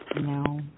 No